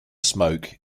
smoke